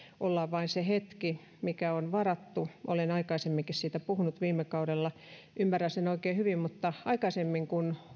ollaan vain se hetki mikä on varattu olen aikaisemminkin siitä puhunut viime kaudella ymmärrän sen oikein hyvin mutta kun